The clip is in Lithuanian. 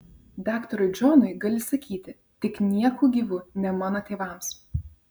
daktarui džonui gali sakyti tik nieku gyvu ne mano tėvams